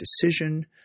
decision